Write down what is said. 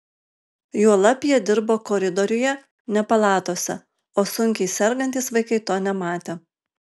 juolab jie dirbo koridoriuje ne palatose o sunkiai sergantys vaikai to nematė